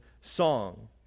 song